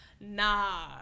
nah